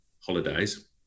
holidays